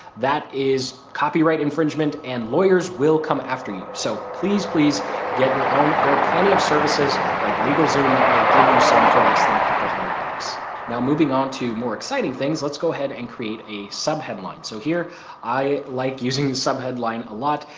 that is copyright infringement and lawyers will come after you. so please, please get your own there are plenty of services like legal zoom that will give you some for less than a couple hundred bucks. now, moving on to more exciting things, let's go ahead and create a sub-headline. so here i like using the sub headline a lot.